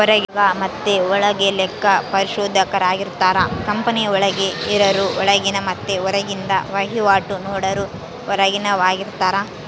ಹೊರಗ ಮತೆ ಒಳಗ ಲೆಕ್ಕ ಪರಿಶೋಧಕರಿರುತ್ತಾರ, ಕಂಪನಿಯ ಒಳಗೆ ಇರರು ಒಳಗಿನ ಮತ್ತೆ ಹೊರಗಿಂದ ವಹಿವಾಟು ನೋಡರು ಹೊರಗಿನವರಾರ್ಗಿತಾರ